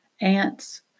ants